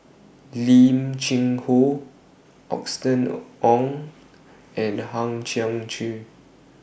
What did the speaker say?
Lim Cheng Hoe Austen O Ong and Hang Chang Chieh